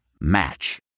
Match